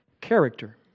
character